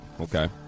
Okay